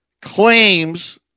Claims